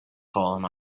fallen